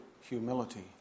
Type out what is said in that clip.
humility